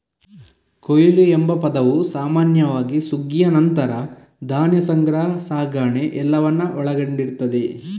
ಕೊಯ್ಲು ಎಂಬ ಪದವು ಸಾಮಾನ್ಯವಾಗಿ ಸುಗ್ಗಿಯ ನಂತರ ಧಾನ್ಯ ಸಂಗ್ರಹ, ಸಾಗಣೆ ಎಲ್ಲವನ್ನ ಒಳಗೊಂಡಿರ್ತದೆ